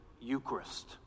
Eucharist